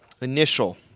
initial